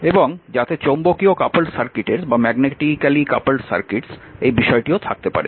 এবং যাতে চৌম্বকীয় কাপলড সার্কিটের বিষয়টিও থাকতে পারে